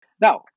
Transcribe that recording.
now